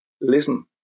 listen